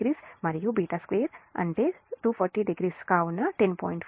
60మరియు β2 తో అంటే 2400 కాబట్టి 10